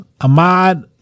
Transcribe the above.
Ahmad